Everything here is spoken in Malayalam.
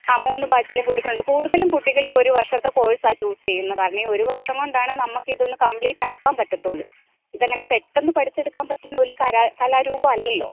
ആ മൂന്ന് ബാച്ചിലേയും കൂടി കൊണ്ട് കൂടുതലും കുട്ടികൾ ഈ ഒരു വർഷത്തെ കോഴ്സാ ചൂസ് ചെയ്യുന്നത് കാരണം ഈ ഒരു വർഷം കൊണ്ടാണ് നമുക്ക് ഇതൊന്ന് കംപ്ലീറ്റാക്കാൻ പറ്റത്തുള്ളു ഇതങ്ങനെ പെട്ടെന്ന് പഠിച്ചെടുക്കാൻ പറ്റുന്ന ഒരു കലാരൂപം അല്ലല്ലോ